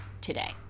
today